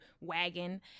wagon